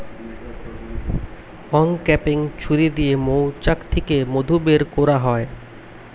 uncapping ছুরি দিয়ে মৌচাক থিকে মধু বের কোরা হয়